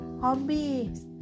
Hobbies